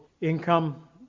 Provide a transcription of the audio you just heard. income